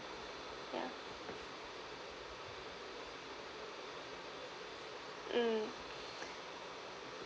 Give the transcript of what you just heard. yeah mm